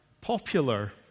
popular